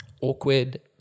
awkward